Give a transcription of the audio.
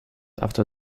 after